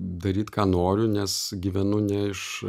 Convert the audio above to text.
daryt ką noriu nes gyvenu ne iš